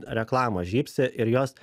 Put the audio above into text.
reklamą žybsi ir jos